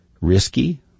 risky